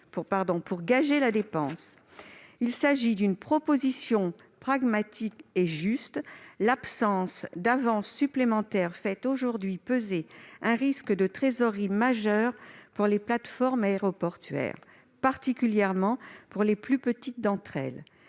Il s'agit d'une proposition pragmatique et juste ; l'absence d'avance supplémentaire fait aujourd'hui peser un risque de trésorerie majeur pour les plateformes aéroportuaires, particulièrement pour les plus petites d'entre elles.